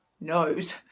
knows